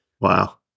Wow